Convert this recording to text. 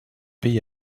pays